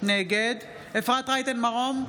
נגד אפרת רייטן מרום,